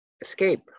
escape